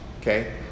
okay